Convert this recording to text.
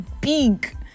big